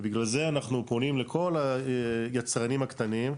בגלל זה אנחנו פונים לכל היצרנים הקטנים,